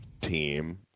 team